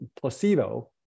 placebo